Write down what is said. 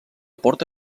porta